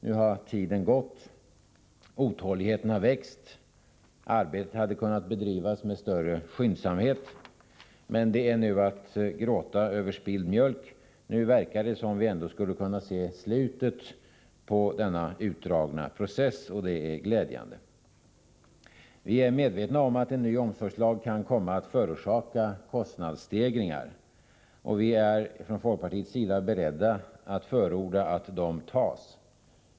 Nu har tiden gått, och otåligheten har vuxit. Arbetet hade kunnat bedrivas med större skyndsamhet. Men detta är att gråta över spilld mjölk. Nu verkar det som om vi ändå skulle kunna se slutet på denna utdragna process, och det är glädjande. Vi är medvetna om att en ny omsorgslag kan komma att förorsaka kostnadsstegringar, och vi är från folkpartiets sida beredda att förorda att dessa kostnader tas.